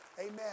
Amen